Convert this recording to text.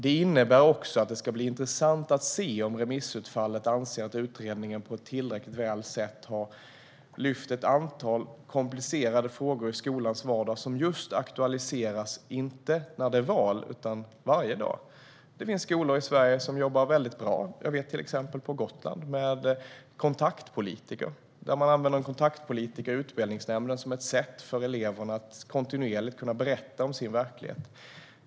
Det ska bli intressant att se om remissutfallet blir att man anser att utredningen på ett tillräckligt bra sätt har lyft ett antal komplicerade frågor i skolans vardag som just aktualiseras varje dag och inte bara när det är val. Det finns skolor i Sverige som jobbar väldigt bra. I en skola på Gotland har man kontaktpolitiker i utbildningsnämnden som ett sätt för eleverna att kontinuerligt kunna berätta om sin verklighet.